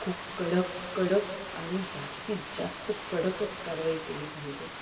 खूप कडक कडक आणि जास्तीत जास्त कडकच कारवाई केली पाहिजे